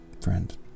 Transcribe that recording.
friend